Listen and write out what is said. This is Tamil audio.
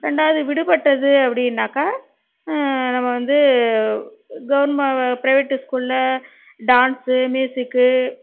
ரெண்டாவது விடுபட்டது அப்படின்னாக்கா நம்ம வந்து கவுர்மெண்ட் ப்ரைவேட் ஸ்கூலில் டான்ஸு ம்யூசிக்கு